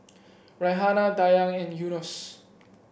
Raihana Dayang and Yunos